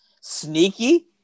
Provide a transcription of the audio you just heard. Sneaky